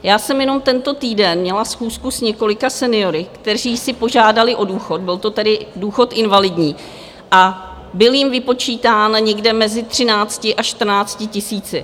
Já jsem jenom tento týden měla schůzku s několika seniory, kteří si požádali o důchod byl to tedy důchod invalidní a byl jim vypočítán někde mezi třinácti až čtrnácti tisíci.